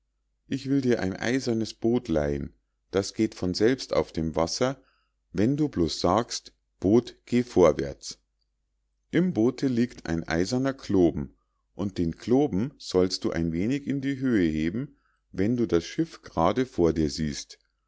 ich will dir ein eisernes boot leihen das geht von selbst auf dem wasser wenn du bloß sagst boot geh vorwärts im boote liegt ein eiserner kloben und den kloben sollst du ein wenig in die höhe heben wenn du das schiff grade vor dir siehst